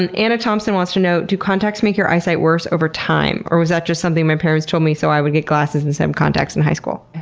and anna thompson wants to do contacts makes your eyesight worse over time or was that just something my parents told me so i would get glasses instead of contacts in high school?